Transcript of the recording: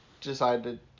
decided